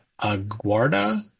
Aguarda